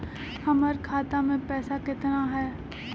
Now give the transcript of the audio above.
हमर खाता मे पैसा केतना है?